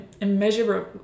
immeasurable